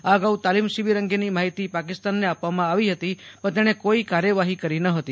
આ અગાઉ તાલીમ શિબિર અંગેની માહિતી પાકિસ્તાનને આપવામાં આવી હતી પણ તેણે કોઇ કાર્યવાહી કરી ન હતી